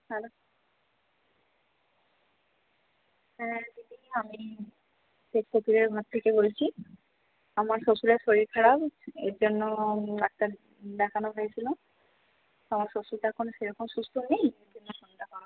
hello হ্যাঁ দিদি আমি থেকে বলছি আমার শ্বশুরের শরীর খারাপ এর জন্য ডাক্তার দেখানো হয়েছিলো আমার শ্বশুর তো এখন সেরকম সুস্থ নেই সেই জন্য ফোনটা করা